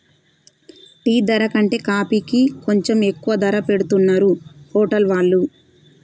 tea ధర కంటే కాఫీకి కొంచెం ఎక్కువ ధర పెట్టుతున్నరు హోటల్ వాళ్ళు